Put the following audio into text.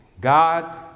God